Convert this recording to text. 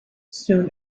soon